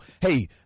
hey